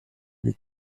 lui